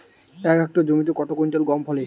এক হেক্টর জমিতে কত কুইন্টাল গম ফলে?